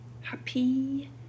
Happy